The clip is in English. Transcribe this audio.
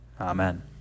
amen